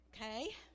okay